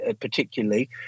particularly